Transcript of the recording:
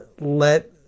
let